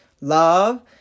love